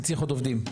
אני צריך עוד עובדים.